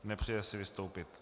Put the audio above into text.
Nepřeje si vystoupit.